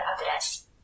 address